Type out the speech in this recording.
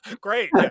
Great